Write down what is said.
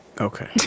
Okay